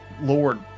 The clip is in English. lord